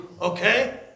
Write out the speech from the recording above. Okay